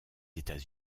états